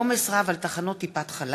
עומס רב על תחנות טיפת-חלב,